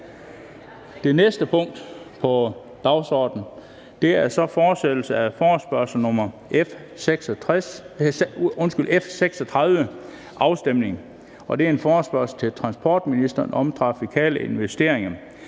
Det næste punkt på dagsordenen er: 3) Fortsættelse af forespørgsel nr. F 36 [afstemning]: Forespørgsel til transportministeren om trafikale investeringer.